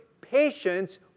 patience